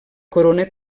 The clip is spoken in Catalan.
corona